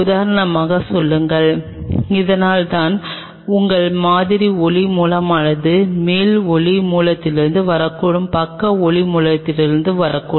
உதாரணமாக சொல்லுங்கள் இதனால்தான் உங்கள் மாதிரி ஒளி மூலமானது மேல் ஒளி மூலத்திலிருந்து வரக்கூடும் பக்க ஒளி மூலத்திலிருந்து வரக்கூடும்